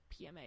PMA